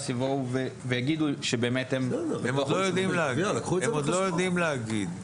יבואו ויגידו שבאמת הם --- הם עוד לא יודעים להגיד.